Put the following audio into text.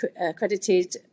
accredited